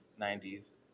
90s